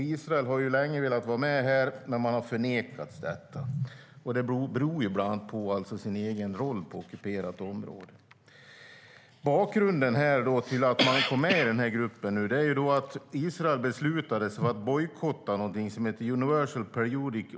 Israel har länge velat vara med här men har nekats detta, bland annat på grund av sin roll på ockuperat område. Bakgrunden till att man nu kommit med i gruppen är att Israel beslutade sig för att bojkotta Universal Periodic Review, UPR.